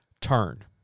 Turn